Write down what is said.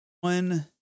one